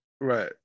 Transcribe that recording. Right